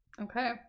Okay